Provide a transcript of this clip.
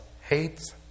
hates